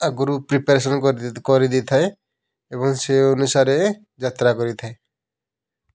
ଆଗରୁ ପ୍ରିପାରେସନ୍ କରି ଦେଇଥାଏ ଏବଂ ସେ ଅନୁସାରେ ଯାତ୍ରା କରିଥାଏ